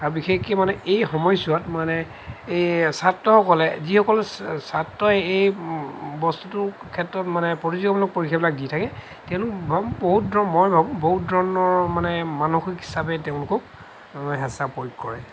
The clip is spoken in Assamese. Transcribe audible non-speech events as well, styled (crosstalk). আৰু বিশেষকৈ মানে এইসময়ছোৱাত মানে এই ছাত্ৰসকলে যিসকল এই বস্তুটো ক্ষেত্ৰত মানে প্ৰতিযোগিতামূলক পৰীক্ষাবিলাক দি থাকে তেওঁলোক (unintelligible) বহুত ধ মই ভাবোঁ বহুত ধৰণৰ মানে মানসিক চাপে তেওঁলোকক হেঁচা প্ৰয়োগ কৰে